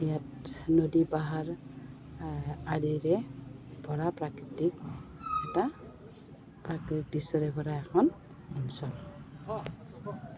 ইয়াত নদী পাহাৰ আদিৰে ভৰা প্ৰাকৃতিক এটা প্ৰাকৃতিক দৃশ্যৰে ভৰা এখন অঞ্চল